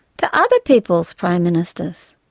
to other people's prime ministers.